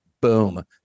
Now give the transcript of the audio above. Boom